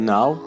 Now